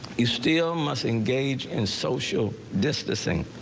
he still must engage in social distancing.